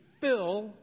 fill